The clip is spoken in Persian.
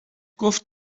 گفت